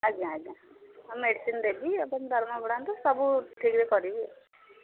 ଆଜ୍ଞା ଆଜ୍ଞା ମେଡ଼ିସିନ୍ ଦେବି ଆପଣ ଦରମା ବଢ଼ାନ୍ତୁ ସବୁ ଠିକ୍ରେ କରିବି ଆଉ